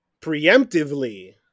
preemptively